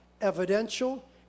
evidential